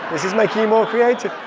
this is making you more creative.